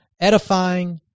edifying